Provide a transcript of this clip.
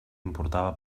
importava